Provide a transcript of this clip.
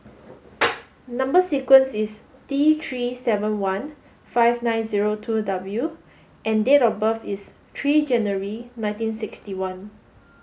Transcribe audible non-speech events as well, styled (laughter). (noise) number sequence is T three seven one five nine zero two W and date of birth is three January nineteen sixty one